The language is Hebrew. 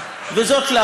וזה לחשוב טיפה.